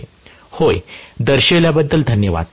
होय दर्शविल्याबद्दल धन्यवाद